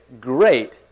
great